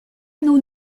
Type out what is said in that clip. nos